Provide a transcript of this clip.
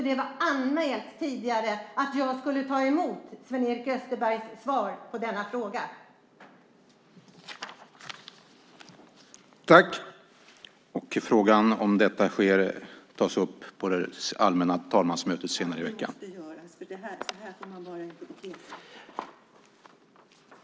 Det hade nämligen tidigare anmälts att jag skulle ta emot Sven-Erik Österbergs svar på denna interpellation.